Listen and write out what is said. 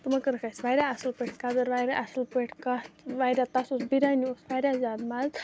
تِمو کٔرٕکھ اَسہِ واریاہ اَصٕل پٲٹھۍ قَدٕر واریاہ اَصٕل پٲٹھۍ کَتھ واریاہ تَتھ اوس بِریانی اوس واریاہ زیادٕ مَزٕ